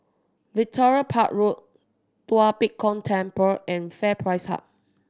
Victoria Park Road Tua Pek Kong Temple and FairPrice Hub